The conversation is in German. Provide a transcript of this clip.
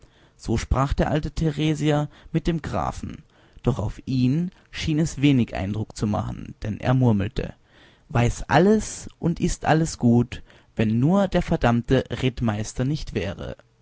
so sprach der alte theresier mit dem grafen doch auf ihn schien es wenig eindruck zu machen denn er murmelte weiß alles und ist alles gut wenn nur der verdammte rittmeister nicht wäre